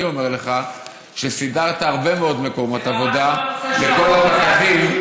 אני אומר לך שסידרת הרבה מאוד מקומות עבודה לכל הפקחים,